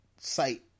site